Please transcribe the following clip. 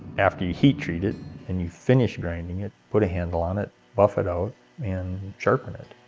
after you heat treat it and you finish grinding it, put a handle on it, buff it out and sharpen it.